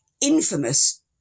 infamous